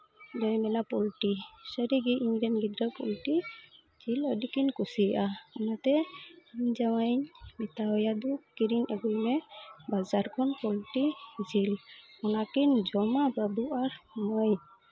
ᱟᱫᱚᱭ ᱢᱮᱱᱟ ᱯᱳᱞᱴᱤ ᱥᱟᱹᱨᱤᱜᱮ ᱤᱧ ᱨᱮᱱ ᱜᱤᱫᱽᱨᱟᱹ ᱯᱳᱞᱴᱤ ᱡᱤᱞ ᱟᱹᱰᱤᱠᱤᱱ ᱠᱩᱥᱤᱭᱟᱜᱼᱟ ᱚᱱᱟᱛᱮ ᱤᱧ ᱡᱟᱶᱟᱭ ᱤᱧ ᱢᱮᱛᱟ ᱟᱭᱟ ᱫᱩ ᱠᱤᱨᱤᱧ ᱟᱹᱜᱩᱭ ᱢᱮ ᱵᱟᱡᱟᱨ ᱠᱷᱚᱱ ᱯᱳᱞᱴᱤ ᱡᱤᱞ ᱚᱱᱟᱠᱤᱱ ᱡᱚᱢᱟ ᱵᱟᱹᱵᱩ ᱟᱨ ᱢᱟᱹᱭ